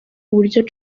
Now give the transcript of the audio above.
uburyo